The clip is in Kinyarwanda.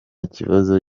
kibazo